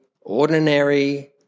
ordinary